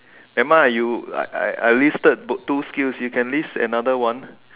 never mind ah you I I listed two skills you can list another one